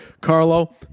Carlo